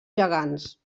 gegants